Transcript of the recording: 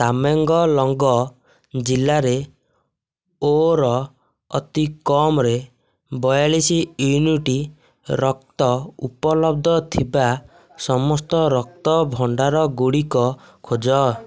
ତାମେଙ୍ଗଲଙ୍ଗ ଜିଲ୍ଲାରେ ଓ'ର ଅତିକମ୍ରେ ବୟାଳିଶ ୟୁନିଟ୍ ରକ୍ତ ଉପଲବ୍ଧ ଥିବା ସମସ୍ତ ରକ୍ତ ଭଣ୍ଡାରଗୁଡ଼ିକ ଖୋଜ